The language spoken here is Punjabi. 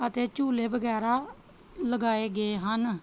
ਅਤੇ ਝੂਲੇ ਵਗੈਰਾ ਲਗਾਏ ਗਏ ਹਨ